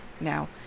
Now